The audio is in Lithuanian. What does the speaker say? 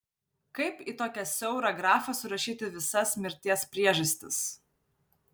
kaip į tokią siaurą grafą surašyti visas mirties priežastis